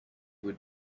would